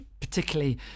particularly